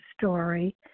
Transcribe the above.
story